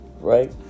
right